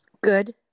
Good